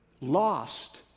lost